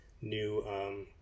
new